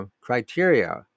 criteria